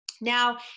Now